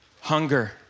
Hunger